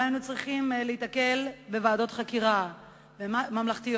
לא היינו צריכים להיתקל בוועדות חקירה ממלכתיות.